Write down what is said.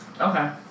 Okay